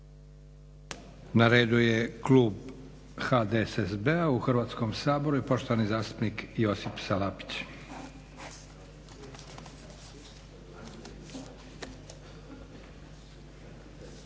Na redu je Klub HDSSB-a u Hrvatskom saboru i poštovani zastupnik Josip Salapić.